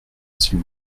s’il